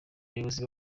abayobozi